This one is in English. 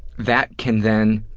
that can then